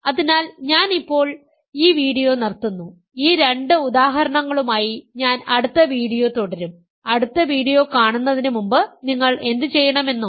അതിനാൽ ഞാൻ ഇപ്പോൾ ഈ വീഡിയോ നിർത്തുന്നു ഈ രണ്ട് ഉദാഹരണങ്ങളുമായി ഞാൻ അടുത്ത വീഡിയോ തുടരും അടുത്ത വീഡിയോ കാണുന്നതിന് മുമ്പ് നിങ്ങൾ എന്തുചെയ്യണമെന്നോ